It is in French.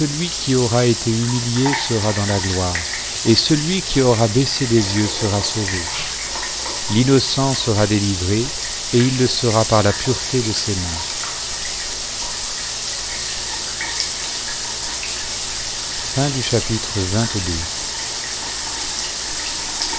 qui aura été humilié sera dans la gloire et celui qui aura baissé les yeux sera sauvé l'innocence sera délivré et il le sera par la pureté de ses mains